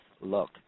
look